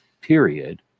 period